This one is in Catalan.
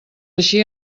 així